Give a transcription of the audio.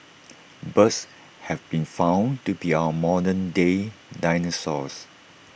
birds have been found to be our modern day dinosaurs